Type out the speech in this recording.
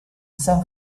san